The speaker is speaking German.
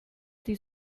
die